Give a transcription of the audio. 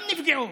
גם נפגעו.